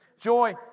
Joy